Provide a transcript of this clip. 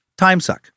timesuck